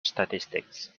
statistics